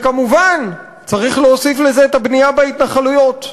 כמובן צריך להוסיף לזה את הבנייה בהתנחלויות.